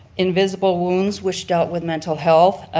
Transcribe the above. invisible wounds which dealt with mental health,